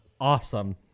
awesome